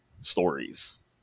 stories